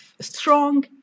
strong